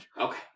Okay